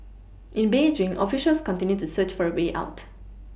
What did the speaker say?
in Beijing officials continue to search for way out